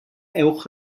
ewch